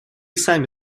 сами